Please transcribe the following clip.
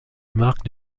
marque